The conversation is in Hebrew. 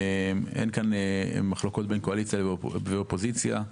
אין כאן מחלוקות בין קואליציה ואופוזיציה,